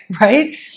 Right